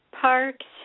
parks